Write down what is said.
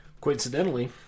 Coincidentally